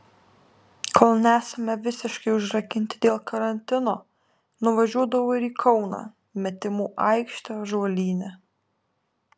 kol nesame visiškai užrakinti dėl karantino nuvažiuodavau ir į kauną metimų aikštę ąžuolyne